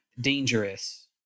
dangerous